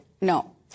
No